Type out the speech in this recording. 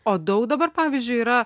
o daug dabar pavyzdžiui yra